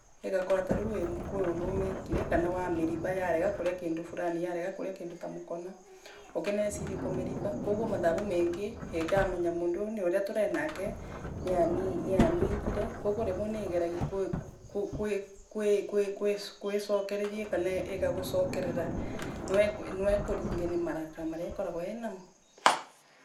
Igakonuo tariu kwi undu umikire kara wamiriva yarega kuria kindu Fulani, yarega kuria kindu ta mukona, ukineciira kumiriva koguo mathaa mau mengi ikamenya mundu uyu muria tureenake, niani niangire koguo rimwe niigeragi. Kwi kwi kwikwi kwicokereria kana igagucokerera nwaiikuringe ni marakara maria inamo.